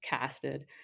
casted